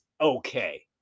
okay